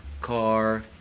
car